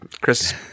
Chris